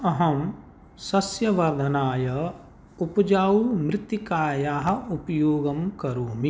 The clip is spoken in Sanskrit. अहं सस्यवर्धनाय उपजावमृत्तिकायाः उपयोगं करोमि